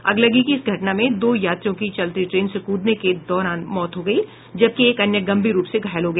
अगलगी की इस घटना में दो यात्रियों की चलती ट्रेन से कूदने के दौरान मौत हो गई जबकि एक अन्य गंभीर रूप से घायल हो गया